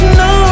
no